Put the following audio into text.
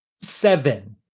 seven